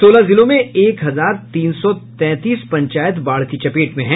सोलह जिलों में एक हजार तीन सौ तैंतीस पंचायत बाढ़ की चपेट में हैं